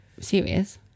serious